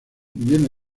viene